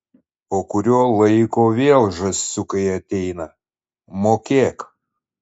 po kurio laiko vėl žąsiukai ateina mokėk